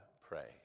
pray